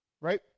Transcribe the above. Right